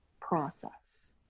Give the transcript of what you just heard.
process